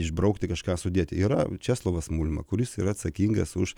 išbraukti kažką sudėti yra česlovas mulma kuris yra atsakingas už